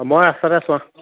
মই ৰাস্তাতে আছোঁ আহ